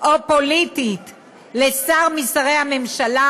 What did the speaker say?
או פוליטית לשר משרי הממשלה,